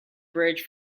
bridge